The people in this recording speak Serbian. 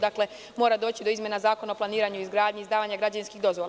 Dakle, mora doći do izmena Zakona o planiranju i izgradnji, izdavanja građevinskih dozvola.